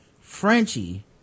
Frenchie